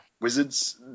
Wizards